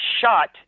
shot